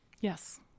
Yes